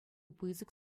пысӑк